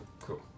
Cool